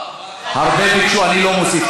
הרבה ביקשו, אני לא מוסיף.